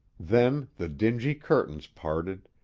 then the dingy curtains parted,